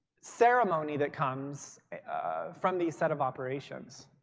ceremony that comes from the set of operations.